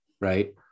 right